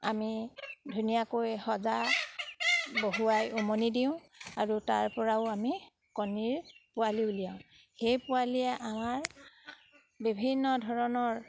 আমি ধুনীয়াকৈ সজা বহুৱাই উমনি দিওঁ আৰু তাৰপৰাও আমি কণীৰ পোৱালি উলিয়াওঁ সেই পোৱালীয়ে আমাৰ বিভিন্ন ধৰণৰ